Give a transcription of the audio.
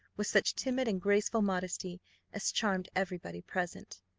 with such timid and graceful modesty as charmed every body present.